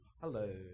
Hello